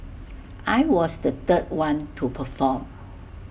I was the third one to perform